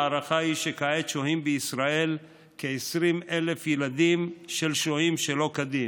ההערכה היא שכעת שוהים בישראל כ-20,000 ילדים של שוהים שלא כדין,